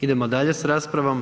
Idemo dalje s raspravom.